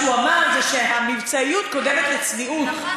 מה שהוא אמר זה שהמבצעיות קודמת לצניעות.